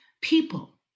people